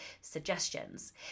suggestions